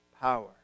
power